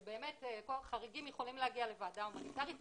שבאמת, כל החריגים יכולים להגיע לוועדה הומניטרית.